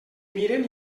miren